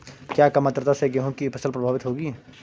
क्या कम आर्द्रता से गेहूँ की फसल प्रभावित होगी?